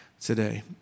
today